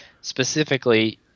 specifically